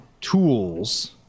tools